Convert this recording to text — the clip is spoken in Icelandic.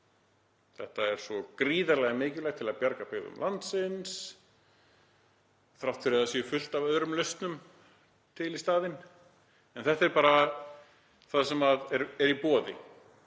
Þetta er svo gríðarlega mikilvægt til að bjarga byggðum landsins þrátt fyrir að það sé fullt af öðrum lausnum til í staðinn. En þetta er bara það sem er í boði.